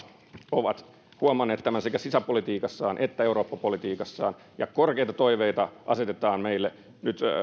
ovat huomanneet tämän sekä sisäpolitiikassaan että eurooppa politiikassaan ja korkeita toiveita asetetaan meille nyt